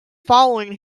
following